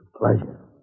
Pleasure